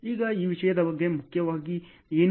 ಈಗ ಈ ವಿಷಯದ ಬಗ್ಗೆ ಮುಖ್ಯವಾಗಿ ಏನು